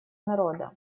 народа